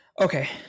Okay